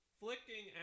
flicking